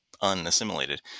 unassimilated